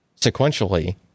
sequentially